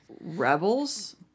Rebels